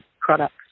products